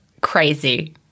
crazy